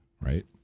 right